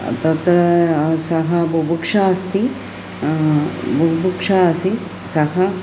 तत्र सः बुभुक्षितः अस्ति बुभुक्षितः आसीत् सः